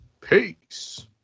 peace